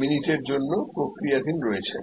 মিনিটের জন্য প্রক্রিয়াধীন রয়েছেন